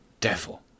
devil